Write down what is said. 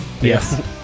yes